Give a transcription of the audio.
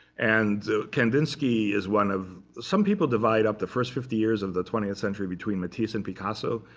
and kandinsky is one of some people divide up the first fifty years of the twentieth century between matisse and picasso.